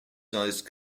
sized